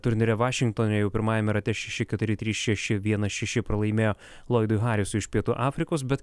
turnyre vašingtone jau pirmajame rate šeši keturi trys šeši vienas šeši pralaimėjo loidui harisui iš pietų afrikos bet